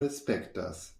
respektas